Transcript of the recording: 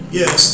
yes